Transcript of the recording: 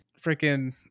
freaking